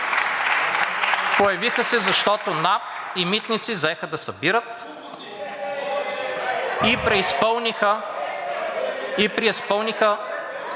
Появиха се, защото НАП и „Митници“ взеха да събират и преизпълниха